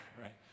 right